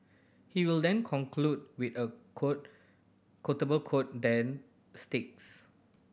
he will then conclude with a quotable quote that sticks